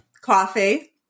coffee